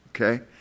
Okay